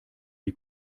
die